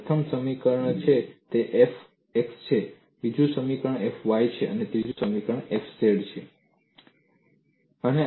પ્રથમ સમીકરણ તે F x છે બીજું સમીકરણ તે F y છે અને ત્રીજું સમીકરણ તે F z છે